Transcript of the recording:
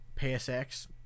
PSX